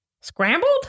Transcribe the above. Scrambled